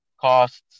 costs